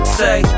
say